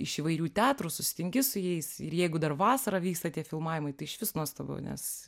iš įvairių teatrų susitinki su jais ir jeigu dar vasarą vyksta tie filmavimai tai išvis nuostabu nes